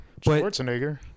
Schwarzenegger